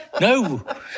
no